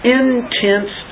intense